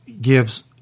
gives